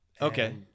Okay